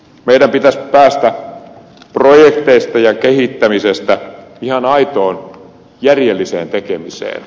meidän pitäisi päästä projekteista ja kehittämisestä ihan aitoon järjelliseen tekemiseen